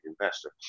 investor